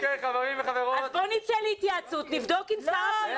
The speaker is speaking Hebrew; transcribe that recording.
אז בוא נצא להתייעצות, נבדוק עם שר הבריאות.